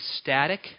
static